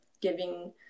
giving